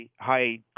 high